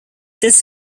this